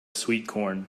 sweetcorn